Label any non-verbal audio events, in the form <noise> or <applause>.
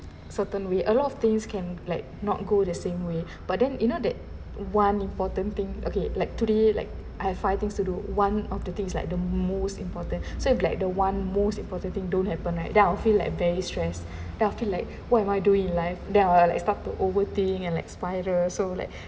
certain way a lot of things can like not go the same way <breath> but then you know that one important thing okay like today like I find things to do one of the things like the most important <breath> so if like the one most important thing don't happen right then I will feel like very stress then after like what am I doing in life then I will like start to overthink and like spiral so like <breath>